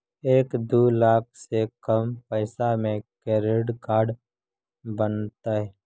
एक दू लाख से कम पैसा में क्रेडिट कार्ड बनतैय?